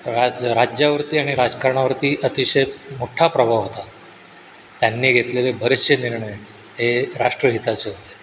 राज्य राज्यावरती आणि राजकारणावरती अतिशय मोठा प्रभाव होता त्यांनी घेतलेले बरेचसे निर्णय हे राष्ट्रहिताचे होते